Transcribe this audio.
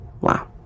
Wow